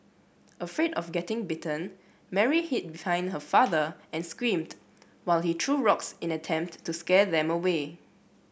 afraid of getting bitten Mary hid hind her father and screamed while he threw rocks in attempt to scare them away